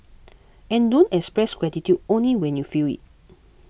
and don't express gratitude only when you feel it